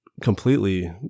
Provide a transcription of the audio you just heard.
completely